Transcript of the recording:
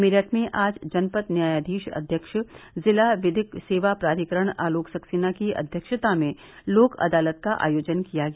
मेरठ में आज जनपद न्यायाधीश अव्यक्ष जिला विधिक सेवा प्राधिकरण आलोक सक्सैना की अध्यक्षता मे लोक अदालत का आयोजन किया गया